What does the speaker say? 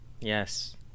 Yes